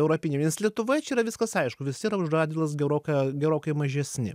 europinį nes lietuvoje čia yra viskas aišku visi yra už radvilas gerokai gerokai mažesni